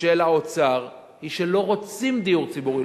של האוצר היא שלא רוצים דיור ציבורי,